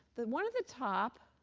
the one at the top